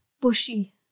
Bushy